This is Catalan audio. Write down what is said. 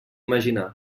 imaginar